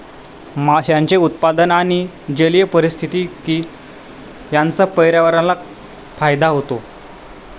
माशांचे उत्पादन आणि जलीय पारिस्थितिकी यांचा पर्यावरणाला फायदा होतो